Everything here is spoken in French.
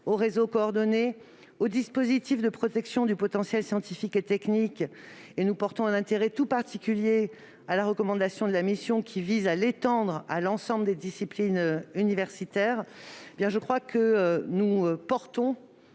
au réseau coordonné, au dispositif de protection du potentiel scientifique et technique- nous portons un intérêt tout particulier à la recommandation de la mission qui vise à l'étendre à l'ensemble des disciplines universitaires-, nous nous sommes